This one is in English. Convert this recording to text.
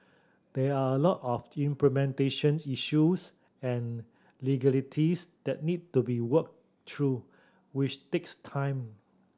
there are a lot of implementations issues and legalities that need to be worked through which takes time